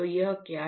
तो यह क्या है